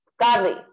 godly